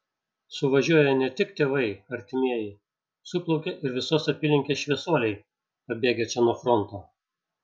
suvažiuoja ne tik tėvai artimieji suplaukia ir visos apylinkės šviesuoliai pabėgę čia nuo fronto